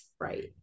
right